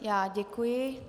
Já děkuji.